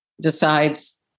decides